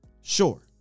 Sure